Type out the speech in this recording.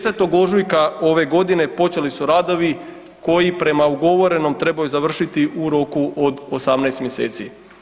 10. ožujka ove godine počeli su radovi koji prema ugovorenom trebaju završiti u roku od 18 mjeseci.